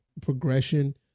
progression